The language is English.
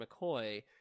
McCoy